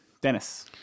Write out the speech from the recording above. Dennis